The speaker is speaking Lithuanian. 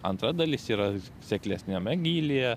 antra dalis yra seklesniame gylyje